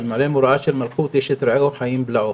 אלמלא מוראה של מלכות איש את רעהו חיים בלעו.